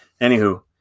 anywho